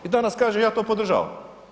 I danas kaže, ja to podržavam.